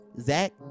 Zach